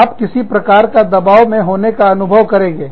आप किसी प्रकार का दबाव मे होने का अनुभव करेंगे